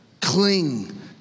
Cling